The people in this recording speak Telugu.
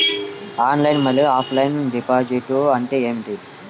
ఆన్లైన్ మరియు ఆఫ్లైన్ డిపాజిట్ అంటే ఏమిటి?